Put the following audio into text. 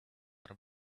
are